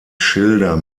schilder